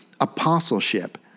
apostleship